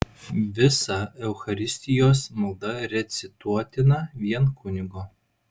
visa eucharistijos malda recituotina vien kunigo